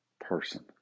person